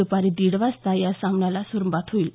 दुपारी दीड वाजता या सामन्याला सुरुवात होईल